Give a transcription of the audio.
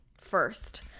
first